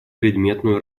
предметную